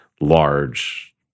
large